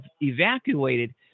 evacuated